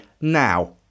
now